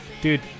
Dude